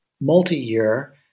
multi-year